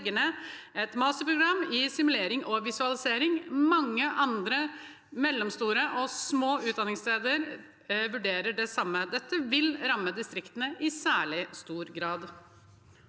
måttet legge ned et masterprogram i simulering og visualisering. Mange andre mellomstore og små utdanningssteder vurderer det samme. Dette vil ramme distriktene i særlig stor grad.